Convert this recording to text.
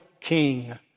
king